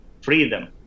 freedom